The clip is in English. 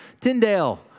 Tyndale